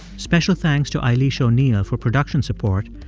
special thanks to eilis o'neill for production support,